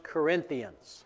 Corinthians